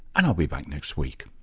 and i'll be back next week